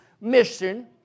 mission